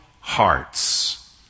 hearts